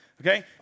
okay